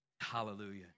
Hallelujah